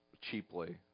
cheaply